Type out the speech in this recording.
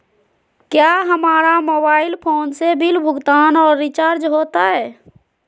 क्या हमारा mobile phone से बिल भुगतान और रिचार्ज होते?